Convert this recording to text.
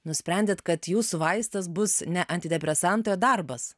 nusprendėt kad jūsų vaistas bus ne antidepresantai o darbas